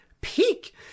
peak